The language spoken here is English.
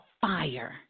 fire